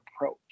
approach